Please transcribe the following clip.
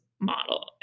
model